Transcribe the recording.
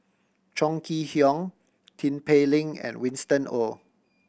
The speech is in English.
Chong Kee Hiong Tin Pei Ling and Winston Oh